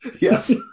Yes